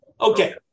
Okay